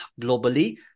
globally